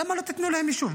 למה לא תתנו להם יישוב?